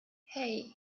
hei